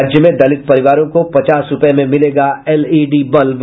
राज्य में दलित परिवारों को पचास रूपये में मिलेगा एलईडी बल्ब